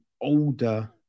older